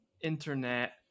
internet